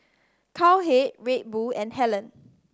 Cowhead Red Bull and Helen